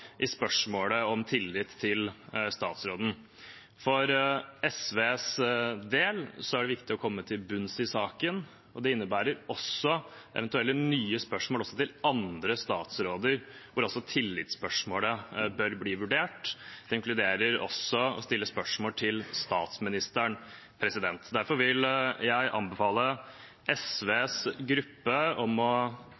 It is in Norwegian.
i spørsmålet om tillit til statsråden. For SVs del er det viktig å komme til bunns i saken, og det innebærer også eventuelle nye spørsmål til andre statsråder hvor tillitsspørsmålet bør bli vurdert. Det inkluderer også å stille spørsmål til statsministeren. Derfor vil jeg anbefale